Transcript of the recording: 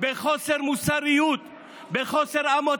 בחוסר מוסריות,